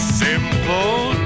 simple